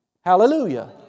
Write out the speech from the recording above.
Hallelujah